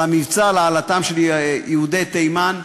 על המבצע להעלאתם של יהודי תימן.